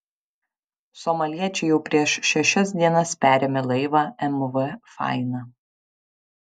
somaliečiai jau prieš šešias dienas perėmė laivą mv faina